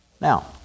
Now